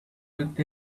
with